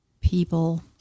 people